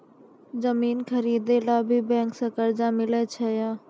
जमीन खरीदे ला भी बैंक से कर्जा मिले छै यो?